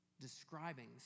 describing